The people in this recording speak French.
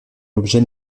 l’objet